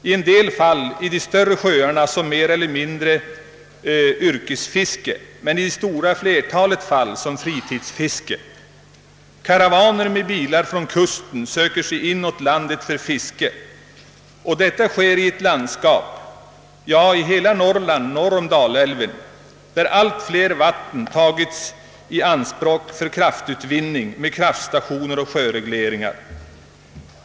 I en del fall — t.ex. när det gäller de större sjöarna — bedrivs detta fiske mer eller mindre som yrkesfiske, men i det stora flerta let fall är det fråga om fritidsfiske. Karavaner med bilar från kusten söker sig inåt landet för fiske. Detta sker i ett område — hela Norrland norr om Dalälven — där allt fler vatten tagits i anspråk för kraftutvinning med kraftstationer och sjöregleringar.